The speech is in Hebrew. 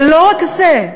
ולא רק זה,